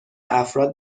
افراد